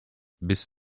bis